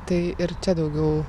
tai ir čia daugiau